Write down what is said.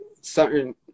certain